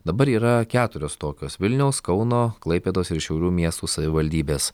dabar yra keturios tokios vilniaus kauno klaipėdos ir šiaulių miestų savivaldybės